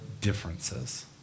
differences